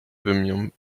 vimium